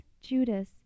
Judas